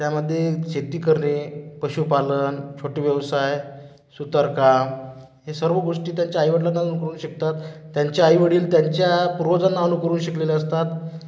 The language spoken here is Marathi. त्यामध्ये शेती करणे पशुपालन छोटे व्यवसाय सुतारकाम हे सर्व गोष्टी त्यांच्या आईवडिलांना अनुकरून शिकतात त्यांचे आई वडील त्यांच्या पूर्वजांना अनुकरून शिकलेले असतात